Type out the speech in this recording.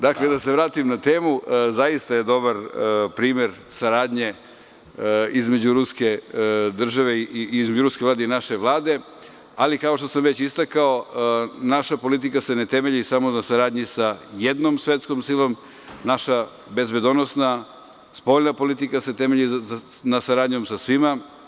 Dakle, da se vratim na temu, zaista je dobar primer saradnje između Ruske Vlade i naše Vlade, ali kao što sam već istakao naša politika se ne temelji samo na saradnji sa jednom svetskom silom, naša bezbednosna spoljna politika se temelji na saradnji sa svima.